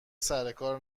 سرکار